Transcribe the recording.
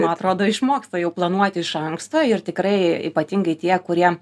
man atrodo išmoksta jau planuoti iš anksto ir tikrai ypatingai tie kurie